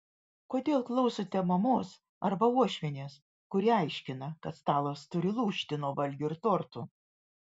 kodėl klausote mamos arba uošvienės kuri aiškina kad stalas turi lūžti nuo valgių ir tortų